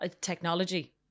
Technology